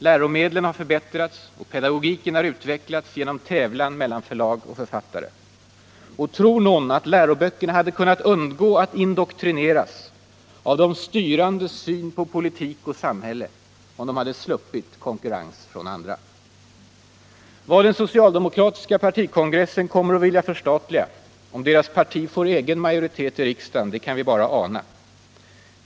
Läromedlen har förbättrats och pedagogiken utvecklats genom tävlan mellan förlag och författare. Och tror någon att läroböckerna hade kunnat undgå att indoktrineras av de styrandes syn på politik och samhälle om de sluppit konkurrens från andra? Vad den socialdemokratiska partikongressen kommer att vilja förstatliga om deras parti får egen majoritet i riksdagen kan vi bara ana.